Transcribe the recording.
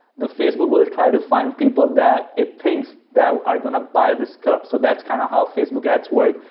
the facebook will try to find people that it thinks that are going to buy this cup. so, that's kind of how facebook ads work.